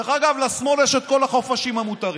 דרך אגב, לשמאל יש את כל החופשים המותרים.